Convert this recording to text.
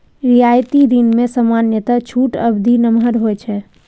रियायती ऋण मे सामान्यतः छूट अवधि नमहर होइ छै